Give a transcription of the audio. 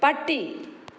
പട്ടി